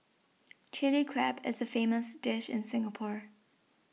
Chilli Crab is a famous dish in Singapore